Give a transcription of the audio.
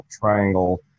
triangle